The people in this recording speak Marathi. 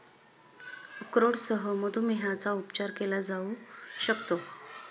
अक्रोडसह मधुमेहाचा उपचार केला जाऊ शकतो